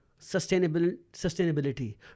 sustainability